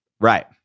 Right